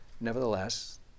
nevertheless